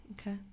okay